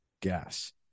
gas